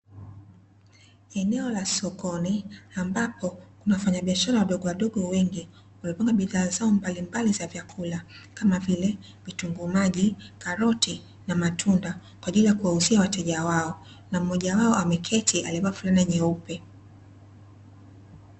Eneo la sokoni ambapo kuna wanfanyabiashara wadogo wadogo wengi waliopanga bidhaa zao mbalimbali za chakula kama vile vitunguu maji, karoti na matunda kwa ajili ya kuwauzia wateja wao na mmoja wao ameketi aliyevaa fulana nyeupe.